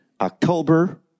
October